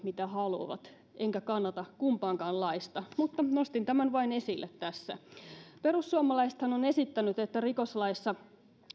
mitä haluavat enkä kannata kummankaanlaista mutta nostin tämän vain esille tässä perussuomalaisethan on esittänyt että rikoslaissa